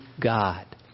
God